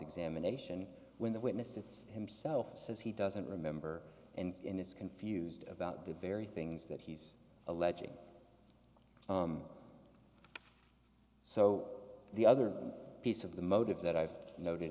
examination when the witness it's himself says he doesn't remember and in this confused about the very things that he's alleging so the other piece of the motive that i've not